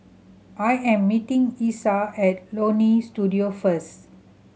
I am meeting Essa at Leonie Studio first